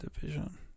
division